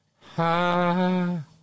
ha